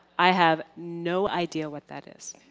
i have no idea what that is.